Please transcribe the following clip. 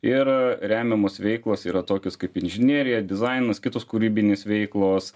ir remiamos veiklos yra tokios kaip inžinerija dizainas kitos kūrybinės veiklos